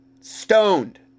stoned